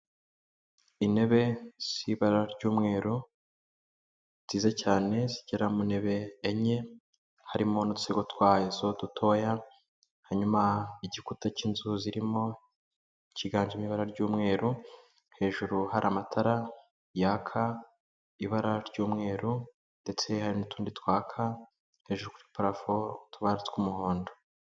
Intebe z'ibara ry'umweru nziza cyane zigera mu ntebe enye, harimo n'udusego twazo dutoya, hanyuma igikuta cy'inzu zirimo kiganjemo ibara ry'umweru, hejuru hari amatara yaka ibara ry'umweru ndetse hari n'utundi twaka hejuru kuri parafo, utubara tw'umuhondo.